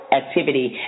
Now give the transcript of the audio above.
activity